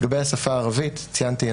לגבי השפה הערבית ציינתי,